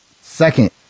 Second